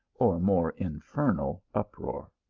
or more infernal uproar.